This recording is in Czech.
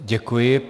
Děkuji.